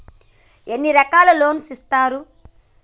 ఎన్ని రకాల లోన్స్ ఇస్తరు?